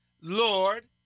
Lord